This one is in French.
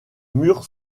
murs